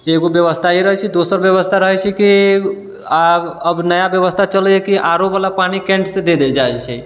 एगो व्यवस्था ई रहै छै दोसर व्यवस्था रहै छै कि आब अब नया व्यवस्था चलैए कि आरओवला पानि केन्टसँ दे देल जाइ छै